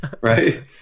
right